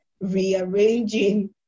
rearranging